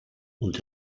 und